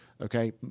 Okay